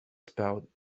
spelled